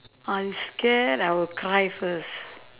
I scared I will cry first